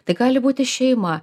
tai gali būti šeima